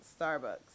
Starbucks